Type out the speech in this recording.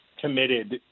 committed